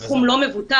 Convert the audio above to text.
סכום לא מבוטל,